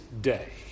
day